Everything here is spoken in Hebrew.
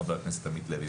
חבר הכנסת עמית הלוי,